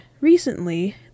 recently